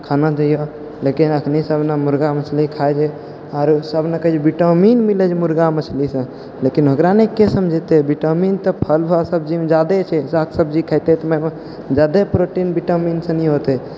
खाना चाहियह लेकिन अखनी सभ मुर्गा मछली खाइ छै आओर सभ ने कहै छै विटामिन मिलै छै मुर्गा मछलीसँ लेकिन ओकरा नि के समझैते विटामिन तऽ फल आ सब्जीमे ज्यादे छै शाक सब्जी खाइते तऽ ज्यादे प्रोटीन विटामिन सनि हौते